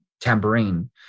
tambourine